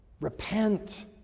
Repent